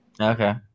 Okay